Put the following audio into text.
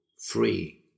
free